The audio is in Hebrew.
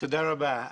תודה רבה.